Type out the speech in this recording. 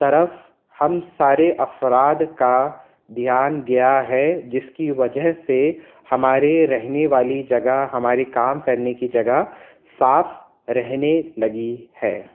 طرف ہم سارے افراد کا دھیان گیا ہے جس کی وجہ سے ہمارے رہنے والی جگہ ہمارے کام کرنے کی جگہ صاف رہنے لگی ہے